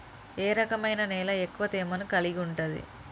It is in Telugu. ఏ రకమైన నేల ఎక్కువ తేమను కలిగుంటది?